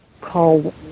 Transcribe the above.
call